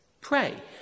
pray